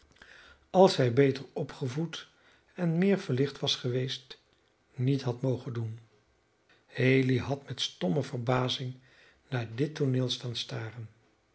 als hij beter opgevoed en meer verlicht was geweest niet had mogen doen haley had met stomme verbazing naar dit tooneel staan staren